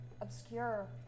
obscure